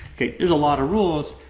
okay, there's a lot of rules,